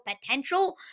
potential